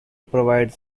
provide